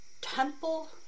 Temple